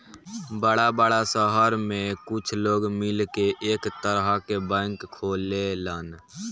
बड़ा बड़ा सहर में कुछ लोग मिलके एक तरह के बैंक खोलेलन